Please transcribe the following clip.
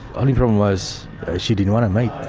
only problem was she didn't want to meet.